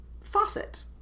faucet